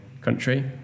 country